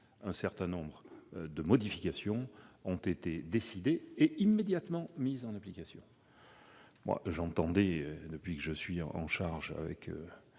un certain nombre de modifications ont été décidées et immédiatement mises en application. J'entendais, depuis que je suis en charge, avec